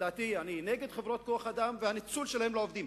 אני נגד חברות כוח-אדם והניצול שלהן את העובדים,